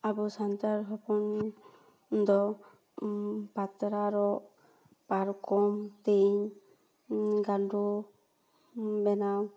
ᱟᱵᱚ ᱥᱟᱱᱛᱟᱲ ᱦᱚᱯᱚᱱ ᱫᱚ ᱯᱟᱛᱲᱟ ᱨᱚᱜ ᱯᱟᱨᱠᱚᱢ ᱛᱮᱹᱧ ᱜᱟᱸᱰᱚ ᱵᱮᱱᱟᱣ